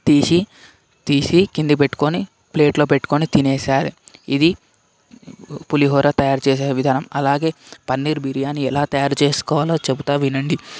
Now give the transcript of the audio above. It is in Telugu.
తీసి తీసి కింద పెట్టుకొని ప్లేట్లో పెట్టుకొని తినేసేయాలి ఇది పులిహోర తయారు చేసే విధానం అలాగే పన్నీర్ బిర్యానీ ఎలా తయారు చేసుకోవాలో చెబుతా వినండి